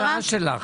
מה ההצעה שלך?